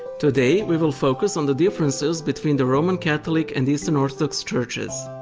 today, we will focus on the differences between the roman catholic and eastern orthodox churches.